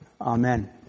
Amen